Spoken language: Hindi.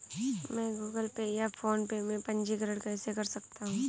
मैं गूगल पे या फोनपे में पंजीकरण कैसे कर सकता हूँ?